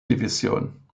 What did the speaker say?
division